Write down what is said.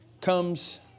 comes